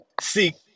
seek